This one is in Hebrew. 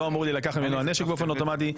לא אמור להילקח ממנו הנשק באופן אוטומטי.